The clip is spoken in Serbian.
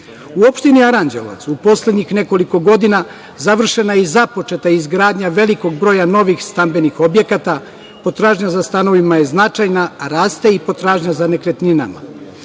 opštini Aranđelovac, u poslednjih nekoliko godina, završena je i započeta izgradnja velikog broja novih stambenih objekata, potražnja za stanovima je značajna, raste i potražnja za nekretninama.